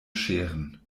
scheren